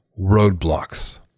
roadblocks